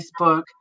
Facebook